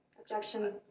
Objection